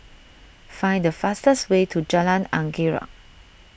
find the fastest way to Jalan Anggerek